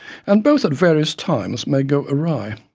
and both at various times may go awry.